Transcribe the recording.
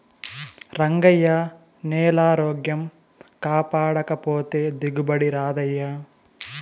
రంగయ్యా, నేలారోగ్యం కాపాడకపోతే దిగుబడి రాదయ్యా